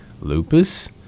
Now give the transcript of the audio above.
lupus